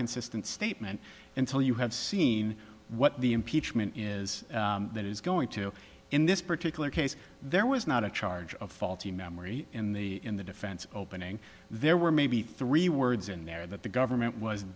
consistent statement until you have seen what the impeachment is that is going to in this particular case there was not a charge of faulty memory in the in the defense opening there were maybe three words in there that the government was